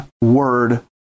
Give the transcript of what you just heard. word